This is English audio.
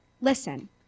listen